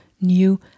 new